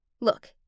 Look